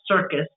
circus